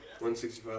165